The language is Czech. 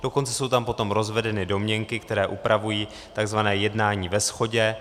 Dokonce jsou tam potom rozvedeny domněnky, které upravují tzv. jednání ve shodě.